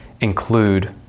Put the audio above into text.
include